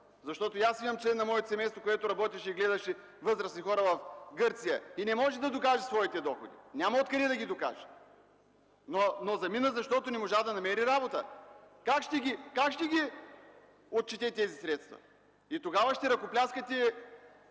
доходи! И аз имам член на моето семейство, който гледаше възрастни хора в Гърция. И не може да докаже своите доходи, няма откъде да ги докаже, но замина, защото не можа да намери работа! Как ще ги отчете тези средства? И тогава ще ръкопляскате,